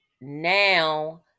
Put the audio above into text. now